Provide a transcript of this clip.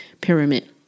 pyramid